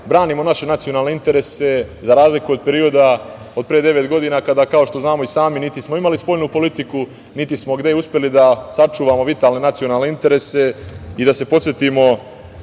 branimo naše nacionalne interese za razliku od perioda od pre devet godina, kada kao što znamo i sami, niti smo imali spoljnu politiku, niti smo gde uspeli da sačuvamo vitalne nacionalne interese. Da se podsetimo